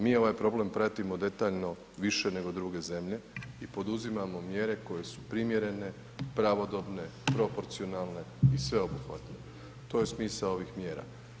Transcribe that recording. Mi ovaj problem pratimo detaljno više nego druge zemlje i poduzimamo mjere koje su primjerene, pravodobne, proporcionalne i sveobuhvatne, to je smisao ovih mjera.